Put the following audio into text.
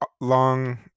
long –